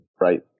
right